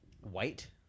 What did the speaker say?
White